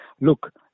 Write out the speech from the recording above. look